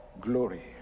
glory